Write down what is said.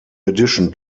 addition